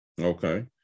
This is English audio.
Okay